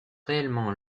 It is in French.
réellement